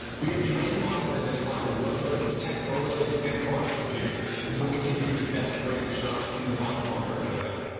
we have trained the model to identify with logos, text overlays and products appear so we can use the best branding shots in the final bumper cutdown.